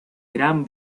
gran